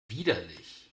widerlich